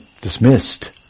dismissed